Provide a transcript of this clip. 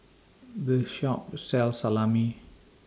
This Shop sells Salami